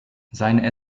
seine